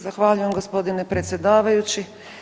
Zahvaljujem gospodine predsjedavajući.